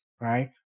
Right